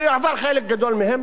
יועבר חלק גדול מהם